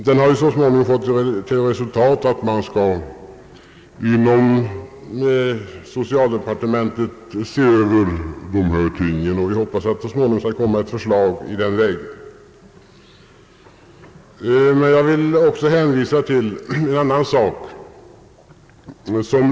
Denna motion har fått till resultat att man inom socialdepartementet skall se över dessa ting, och vi hoppas att det så småningom skall komma ett förslag i ärendet. Jag vill också hänvisa till en annan sak.